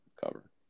cover